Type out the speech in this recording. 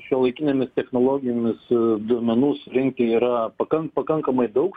šiuolaikinėmis technologijomis duomenų surinkti yra pakank pakankamai daug